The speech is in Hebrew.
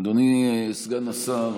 אדוני סגן השר,